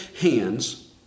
hands